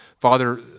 Father